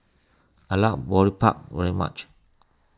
I like Boribap very much